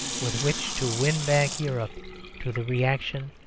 with which to win back europe to the reaction.